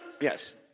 yes